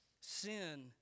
sin